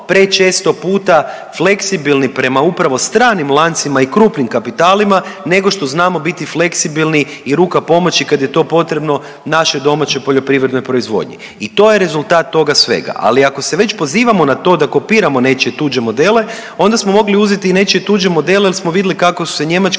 pre često puta fleksibilni prema upravo stranim lancima i krupnim kapitalima nego što znamo biti fleksibilni i ruka pomoći kad je to potrebno našoj domaćoj poljoprivrednoj proizvodnji. I to je rezultat toga svega. Ali ako se već pozivamo na to da kopiramo nečije tuđe modele onda smo mogli uzeti i nečije tuđe modele jer smo vidjeli kako su se Njemačka,